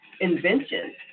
invention